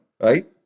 Right